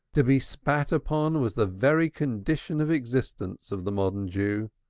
to be spat upon was the very condition of existence of the modern jew,